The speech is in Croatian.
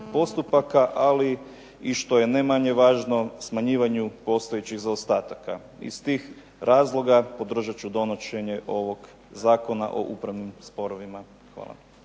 postupaka, ali i što je ne manje važno smanjivanju postojećih zaostataka. Iz tih razloga podržat ću donošenje ovog Zakona o upravnim sporovima. Hvala.